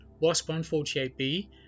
WASP-148b